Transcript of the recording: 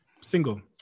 Single